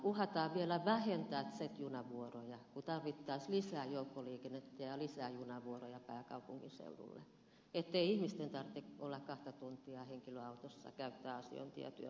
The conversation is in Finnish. uhataan vielä vähentää z junavuoroja kun tarvittaisiin lisää joukkoliikennettä ja lisää junavuoroja pääkaupunkiseudulle ettei ihmisten tarvitse olla kahta tuntia henkilöautossa ja käyttää sitä asiointi ja työmatkoihin